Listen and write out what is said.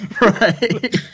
Right